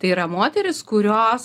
tai yra moterys kurios